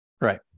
Right